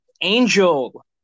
Angel